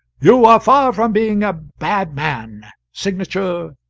you are far from being a bad man signature,